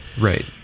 Right